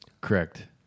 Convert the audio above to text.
Correct